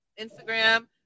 Instagram